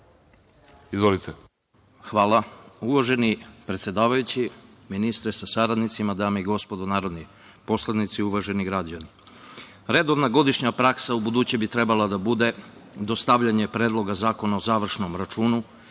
Hvala. Uvaženi predsedavajući, ministre sa saradnicima, dame i gospodo narodni poslanici, uvaženi građani, redovna godišnja praksa ubuduće bi trebala da bude dostavljanje predloga zakona o završenom računu,